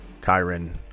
Kyron